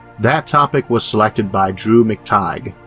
that topic was selected by drew mctygue,